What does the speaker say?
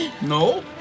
No